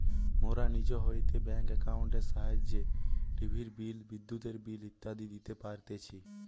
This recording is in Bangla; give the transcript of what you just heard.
মোরা নিজ হইতে ব্যাঙ্ক একাউন্টের সাহায্যে টিভির বিল, বিদ্যুতের বিল ইত্যাদি দিতে পারতেছি